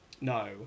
no